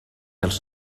els